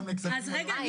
אז רגע,